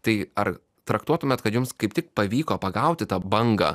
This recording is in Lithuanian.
tai ar traktuotumėt kad jums kaip tik pavyko pagauti tą bangą